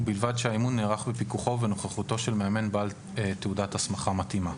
ובלבד שהאימון נערך בפיקוחו ובנוכחותו של מאמן בעל תעודת הסמכה מתאימה.